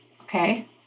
Okay